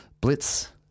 blitz